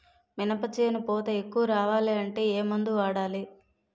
మినప చేను పూత ఎక్కువ రావాలి అంటే ఏమందు వాడాలి?